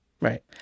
Right